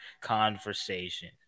conversation